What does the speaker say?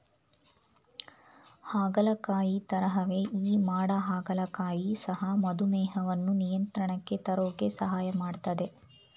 ಹಾಗಲಕಾಯಿ ತರಹವೇ ಈ ಮಾಡ ಹಾಗಲಕಾಯಿ ಸಹ ಮಧುಮೇಹವನ್ನು ನಿಯಂತ್ರಣಕ್ಕೆ ತರೋಕೆ ಸಹಾಯ ಮಾಡ್ತದೆ